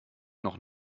noch